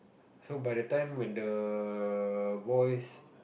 so by the time when the boys